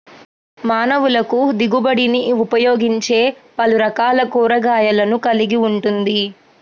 మానవులకుదిగుబడినిఉపయోగించేపలురకాల కూరగాయలను కలిగి ఉంటుంది